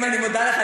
אני מודה לך.